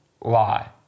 lie